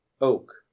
oak